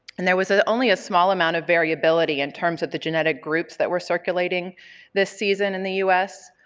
and there was ah only a small amount of variability in terms of the genetic groups that were circulating this season in the us,